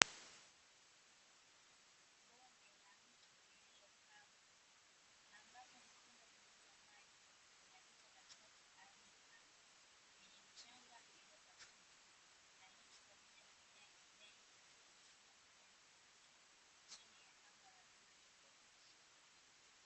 Bonde la mto wenye maji uliopita katikakati kwenye mchanga uliopasuka chini ya anga la bluu